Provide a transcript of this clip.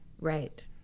Right